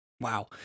Wow